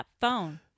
phone